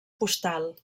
postal